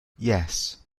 yes